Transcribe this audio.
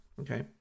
Okay